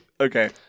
Okay